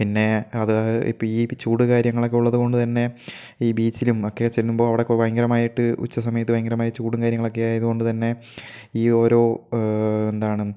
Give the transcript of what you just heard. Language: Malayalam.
പിന്നെ അത് ഇപ്പം ഈ ചൂട് കാര്യങ്ങളൊക്കെ ഉള്ളതുകൊണ്ട് തന്നെ ഈ ബീച്ചിലും ഒക്കെ ചെല്ലുമ്പോൾ അവിടെ ഒക്കെ ഭയങ്കരമായിട്ട് ഉച്ച സമയത്ത് ഭയങ്കരമായ ചൂടും കാര്യങ്ങളും ഒക്കെ ആയതുകൊണ്ട് തന്നെ ഈ ഓരോ എന്താണ്